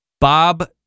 Bob